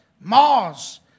Mars